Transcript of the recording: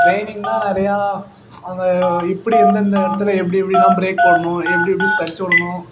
training தான் நிறையா அங்கே எப்படி எந்தெந்த இடத்துல எப்படி எப்படிலாம் ப்ரேக் போடணும் எப்படி எப்படி ஸ்க்லச் உடணும்